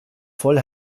voll